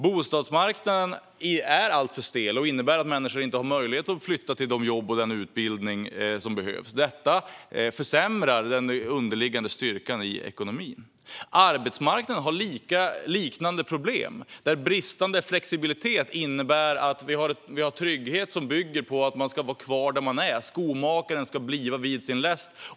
Bostadsmarknaden är alltför stel, och det innebär att människor inte har möjlighet att flytta till de jobb och den utbildning de behöver. Detta försämrar den underliggande styrkan i ekonomin. Arbetsmarknaden har liknande problem med bristande flexibilitet. Vi har en trygghet som bygger på att man ska vara kvar där man är. Skomakaren ska bliva vid sin läst.